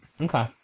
Okay